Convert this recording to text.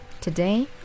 today